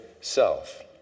self